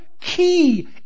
key